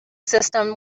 system